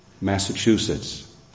Massachusetts